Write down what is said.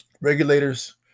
regulators